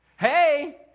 Hey